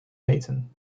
weten